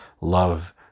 love